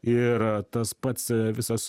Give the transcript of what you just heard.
ir tas pats visas